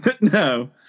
No